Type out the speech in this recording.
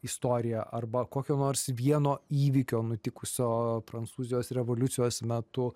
istoriją arba kokio nors vieno įvykio nutikusio prancūzijos revoliucijos metu